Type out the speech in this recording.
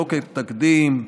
לא כתקדים,